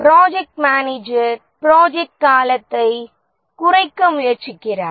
project manager project காலத்தை குறைக்க முயற்சிக்கிறார்